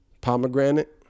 pomegranate